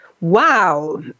Wow